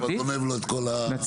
אתה כבר גונב לו את כל המצגת.